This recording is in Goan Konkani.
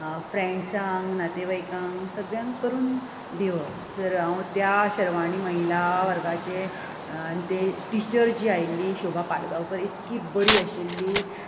फ्रॅंड्सांक नाते सगळ्यांक करून दिवप तर हांव त्या शर्वाणी महिला वर्गाचे टिचर जी आयिल्ली शोभा पाडगांवकार इतकी बरी आशिल्ली